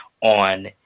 on